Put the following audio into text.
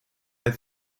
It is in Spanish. led